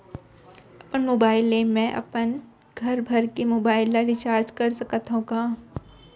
अपन मोबाइल ले मैं अपन घरभर के मोबाइल ला रिचार्ज कर सकत हव का?